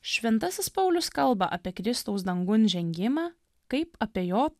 šventasis paulius kalba apie kristaus dangun žengimą kaip apie jo